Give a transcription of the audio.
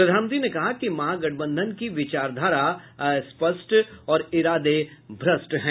प्रधानमंत्री ने कहा कि महागठबंधन की विचारधारा अस्पष्ट और इरादे भ्रष्ट हैं